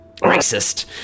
racist